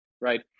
right